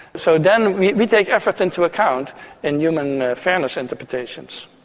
so then we we take everything into account in human fairness interpretations.